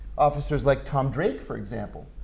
officers like tom drake, for example,